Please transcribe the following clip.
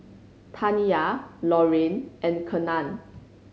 Taniyah Lorayne and Kenan